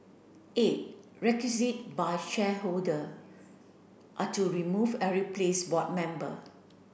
eight by shareholder are to remove and replace board member